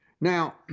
Now